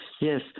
Yes